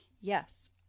Yes